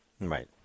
Right